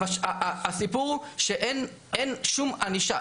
הסיפור הוא שאין שום ענישה.